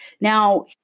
Now